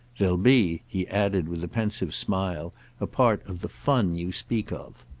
they'll be, he added with a pensive smile a part of the fun you speak of.